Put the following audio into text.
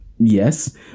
Yes